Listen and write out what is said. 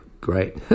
great